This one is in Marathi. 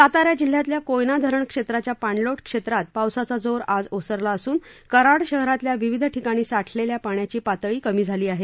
सातारा जिल्ह्यातील कोयना धरणा क्षेत्राच्या पाणलोट क्षेत्रात पावसाचा जोर आज ओसरला असून कराड शहरातील विविध ठिकाणी साठलेल्या पाण्याची पातळी कमी झाली आहे